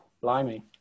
blimey